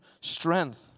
strength